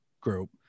group